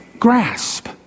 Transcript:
grasp